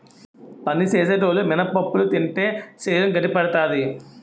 పని సేసేటోలు మినపప్పులు తింటే శరీరం గట్టిపడతాది